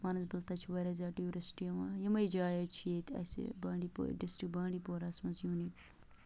مانَسبل تَتہِ چھِ واریاہ زیادٕ ٹیوٗرِسٹ یِوان یِمے جایے چھِ حظ ییٚتہِ اَسہِ بانڈی پور ڈِسٹرٛک بانٛڈی پورَس مَنٛز یوٗنیٖک